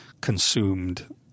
consumed